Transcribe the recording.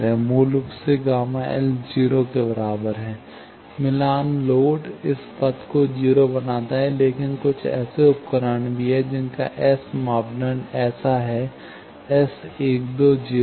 मूल रूप से Γ L 0 के बराबर है मिलान लोड इस पथ को 0 बनाता है लेकिन कुछ ऐसे उपकरण भी हैं जिनका S मापदंड ऐसा है S 12 0 है